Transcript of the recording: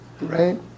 Right